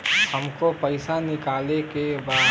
हमके पैसा निकाले के बा